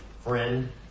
friend